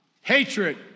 Hatred